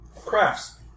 crafts